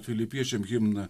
filipiečiam himną